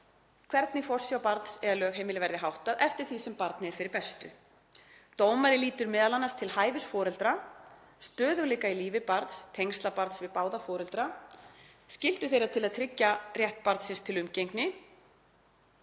hvernig forsjá barns eða lögheimili verði háttað eftir því sem barni er fyrir bestu. Dómari lítur m.a. til hæfis foreldra, stöðugleika í lífi barns, tengsla barns við báða foreldra, skyldu þeirra til að tryggja rétt barnsins til umgengni,